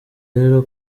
rero